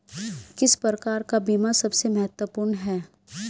किस प्रकार का बीमा सबसे महत्वपूर्ण है?